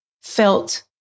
felt